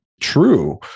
true